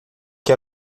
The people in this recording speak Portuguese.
que